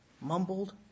mumbled